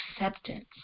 acceptance